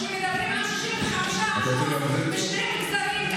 כשמדברים על 65% בשני מגזרים,